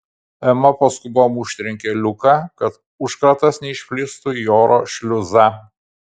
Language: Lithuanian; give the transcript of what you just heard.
ema paskubom užtrenkė liuką kad užkratas neišplistų į oro šliuzą